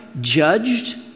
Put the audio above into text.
judged